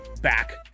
back